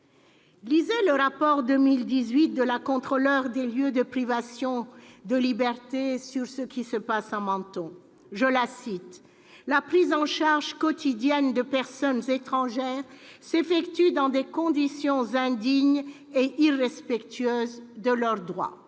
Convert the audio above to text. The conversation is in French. Lisez le rapport 2018 de la Contrôleur général des lieux de privation de liberté, sur ce qui se passe à Menton :« La prise en charge quotidienne de personnes étrangères s'effectue dans des conditions indignes et irrespectueuses de leurs droits. »